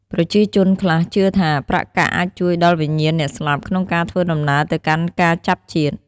ប្រជាជនខ្លះជឿថា ប្រាក់កាក់អាចជួយដល់វិញ្ញាណអ្នកស្លាប់ក្នុងការធ្វើដំណើរទៅកាន់ការចាប់ជាតិ។